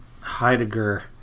Heidegger